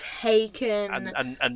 taken